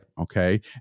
okay